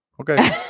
Okay